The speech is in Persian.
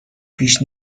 پیش